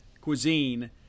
cuisine